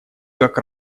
как